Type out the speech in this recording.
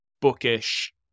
bookish